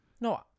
No